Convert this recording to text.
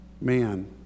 man